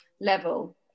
level